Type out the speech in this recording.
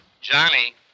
Johnny